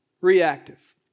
reactive